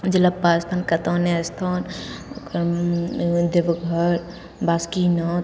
राजरप्पा अस्थान कात्यायने अस्थान ओकर बाद देवघर बासुकीनाथ